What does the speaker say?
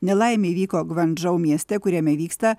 nelaimė įvyko gvandžau mieste kuriame vyksta